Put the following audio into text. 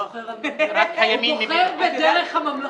הוא בוחר בדרך הממלכתית.